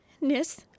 Nis